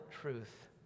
truth